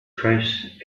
close